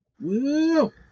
Woo